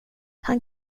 han